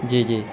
جی جی